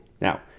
Now